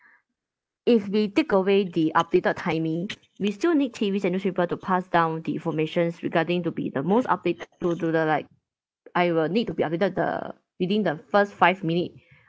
if we take away the updated timing we still need T_Vs and newspaper to pass down the informations regarding to be the most update to to the like I will need to be updated the within the first five minute